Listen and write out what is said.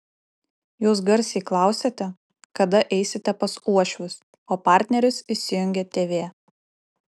jūs garsiai klausiate kada eisite pas uošvius o partneris įsijungia tv